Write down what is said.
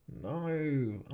No